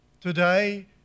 Today